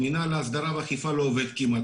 מינהל ההסדרה והאכיפה לא עובד כמעט,